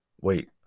wait